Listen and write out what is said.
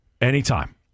Anytime